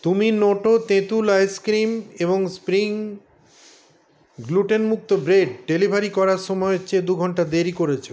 তুমি নোটো তেঁতুল আইসক্রিম এবং স্প্রিং গ্লুটেনমুক্ত ব্রেড ডেলিভারি করার সময়ের চেয়ে দু ঘন্টা দেরি করেছ